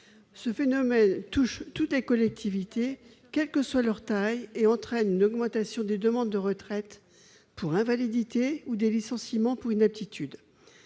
Ce phénomène touche toutes les collectivités, quelle que soit leur taille, et entraîne une augmentation des demandes de retraite pour invalidité ou des licenciements pour inaptitude.